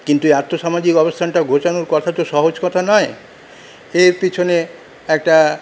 কিন্তু এই আর্থসামাজিক অবস্থানটা ঘোচানোর কথা তো সহজ কথা নয় এর পিছনে একটা